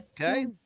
Okay